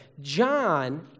John